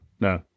No